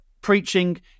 preaching